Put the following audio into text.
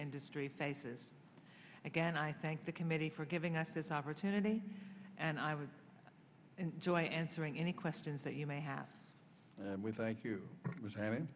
industry faces again i thank the committee for giving us this opportunity and i would enjoy answering any questions that you may have